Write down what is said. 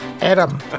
adam